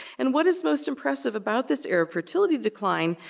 and what is most impressive about this arab fertility decline,